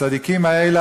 הצדיקים האלה,